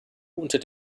unter